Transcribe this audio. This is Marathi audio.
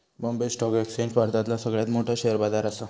बॉम्बे स्टॉक एक्सचेंज भारतातला सगळ्यात मोठो शेअर बाजार असा